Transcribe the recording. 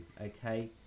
Okay